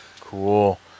Cool